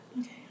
Okay